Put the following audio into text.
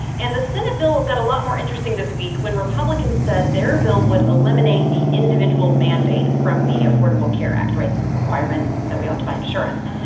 and the senate bill got a lot more interesting this week when republicans said their bill would eliminate the individual mandate from the affordable care act right? the requirement that we all have to buy insurance.